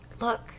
look